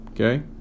okay